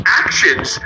actions